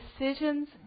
decisions